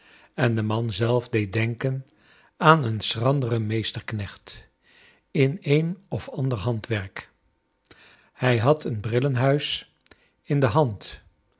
en de man zelf deed denken aan een schranderen meesterknecht in een of ander handwerk hij had een brillenhuis in de hand